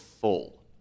full